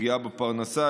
פגיעה בפרנסה,